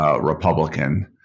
Republican